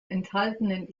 enthaltenen